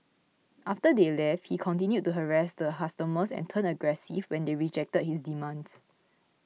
after they left he continued to harass the customers and turned aggressive when they rejected his demands